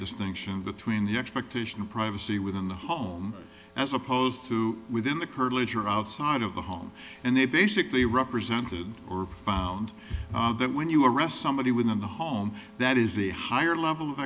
distinction between the expectation of privacy within the home as opposed to within the curtilage or outside of the home and they basically represented or found that when you arrest somebody within the home that is a higher level of